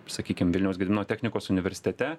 sakykim vilniaus gedimino technikos universitete